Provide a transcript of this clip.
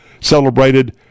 celebrated